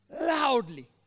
loudly